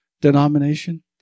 denomination